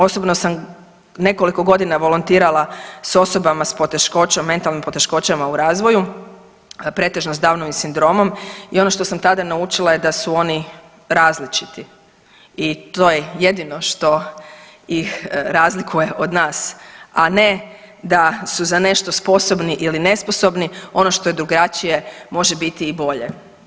Osobno sam nekoliko godina volontirala s osobama s poteškoćama, mentalnim poteškoćama u razvoju, pretežno s Downovim sindromom i ono što sam tada naučili je da su oni različiti i to je jedino što ih razlikuje od nas, a ne da su za nešto sposobni ili nesposobni ono što je drugačije može biti i bolje.